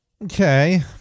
Okay